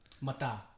mata